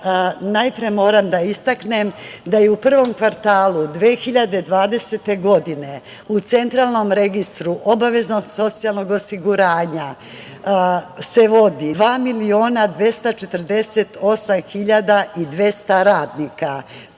Najpre, moram da istaknem da je u prvom kvartalu 2020. godine u Centralnom registru obaveznog socijalnog osiguranja se vodi 2.248.200 radnika.